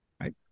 right